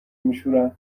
میشورن